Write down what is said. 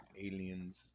Aliens